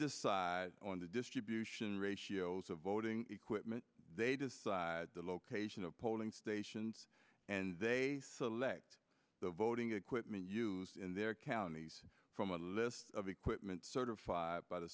decide on the distribution ratios of voting equipment they decide the location of polling stations and they select the voting equipment used in their counties from a list of equipment certified by the